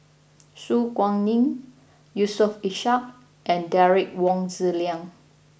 Su Guaning Yusof Ishak and Derek Wong Zi Liang